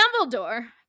Dumbledore